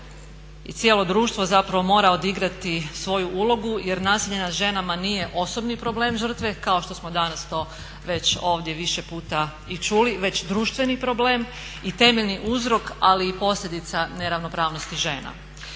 i cijelo društvo zapravo mora odigrati svoju ulogu, jer nasilje nad ženama nije osobni problem žrtve kao što smo danas to već ovdje više puta i čuli već društveni problem i temeljni uzrok, ali i posljedica neravnopravnosti žena.